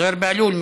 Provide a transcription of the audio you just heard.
זוהיר בהלול,